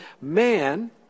man